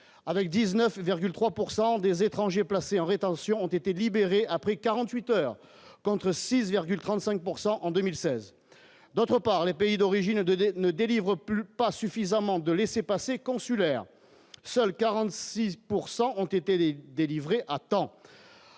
avec 19,3 pourcent des étrangers placés en rétention ont été libérés après 48 heures, contre 6,35 pourcent en 2016, d'autre part, les pays d'origine de ne délivre plus pas suffisamment de laissez-passer consulaire, seuls 46 pourcent ont été délivrés à temps,